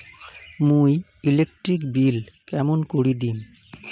মুই electric bill কেমন করি দিম?